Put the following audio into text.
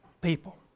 people